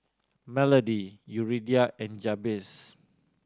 Melody Yuridia and Jabez